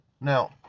now